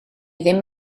ddim